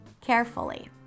carefully